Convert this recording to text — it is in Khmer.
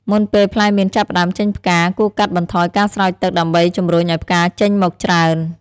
មុនពេលផ្លែមៀនចាប់ផ្តើមចេញផ្កា គួរកាត់បន្ថយការស្រោចទឹកដើម្បីជំរុញឱ្យផ្កាចេញមកច្រើន។